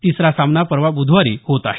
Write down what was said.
तिसरा सामना परवा बुधवारी होणार आहे